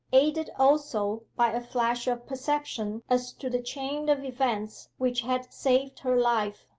aided also by a flash of perception as to the chain of events which had saved her life,